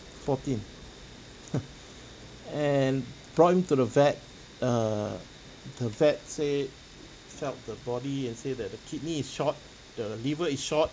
fourteen and brought him to the vet err the vet say felt the body and say that the kidney is short the liver is short